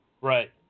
Right